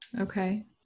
Okay